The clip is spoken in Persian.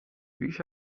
بیش